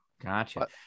Gotcha